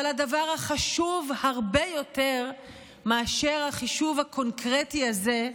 אבל הדבר החשוב הרבה יותר מאשר החישוב הקונקרטי הזה,